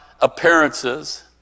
appearances